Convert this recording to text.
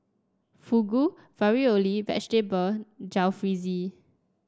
Fugu Ravioli Vegetable Jalfrezi